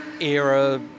era